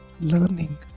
learning